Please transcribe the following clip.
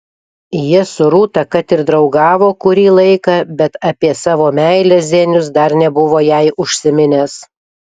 jie su rūta kad ir draugavo kurį laiką bet apie savo meilę zenius dar nebuvo jai užsiminęs